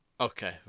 Okay